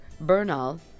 Bernal